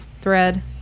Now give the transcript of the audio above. thread